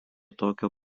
tokio